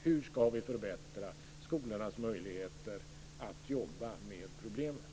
Hur ska vi förbättra skolornas möjligheter att jobba med problemet?